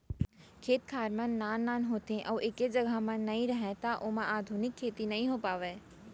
खेत खार मन नान नान होथे अउ एके जघा म नइ राहय त ओमा आधुनिक खेती नइ हो पावय